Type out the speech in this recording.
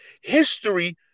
history